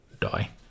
die